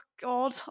God